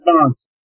response